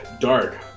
dark